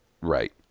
right